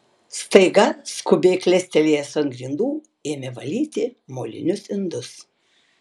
staiga skubiai klestelėjęs ant grindų ėmė valyti molinius indus